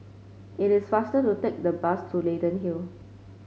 it is faster to take the bus to Leyden Hill